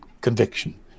conviction